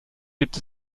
gibt